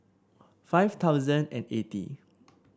five thousand and eighty